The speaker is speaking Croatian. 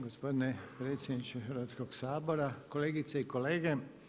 Gospodine predsjedniče Hrvatskog sabora, kolegice i kolege.